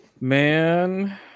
Man